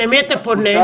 אל מי אתה פונה?